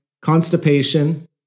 constipation